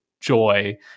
joy